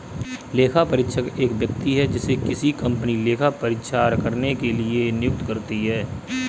लेखापरीक्षक एक व्यक्ति है जिसे किसी कंपनी लेखा परीक्षा करने के लिए नियुक्त करती है